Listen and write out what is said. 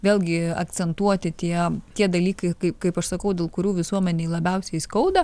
vėlgi akcentuoti tie tie dalykai kai kaip aš sakau dėl kurių visuomenei labiausiai skauda